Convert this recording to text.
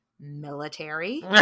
Military